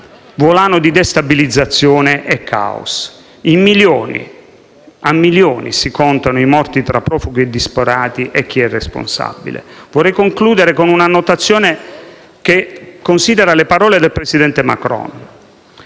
volano di destabilizzazione e *caos*. A milioni si contano i morti, tra profughi e disperati: chi è responsabile? Vorrei concludere con una notazione che considera le parole del presidente Macron,